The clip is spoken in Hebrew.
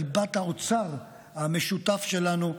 ליבת האוצר המשותף שלנו,